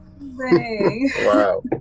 Wow